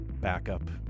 backup